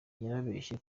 yarabeshye